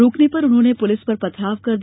रोकने पर उन्होंने पुलिस पर पथराव कर दिया